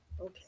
Okay